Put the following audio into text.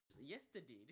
Yesterday